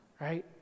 Right